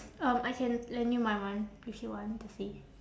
um I can lend you my one if you want to see